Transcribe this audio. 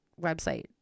website